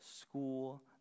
school